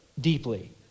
deeply